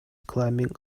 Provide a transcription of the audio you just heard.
climbing